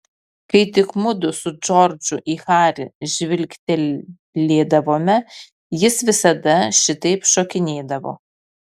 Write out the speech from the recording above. kai tik mudu su džordžu į harį žvilgtelėdavome jis visada šitaip šokinėdavo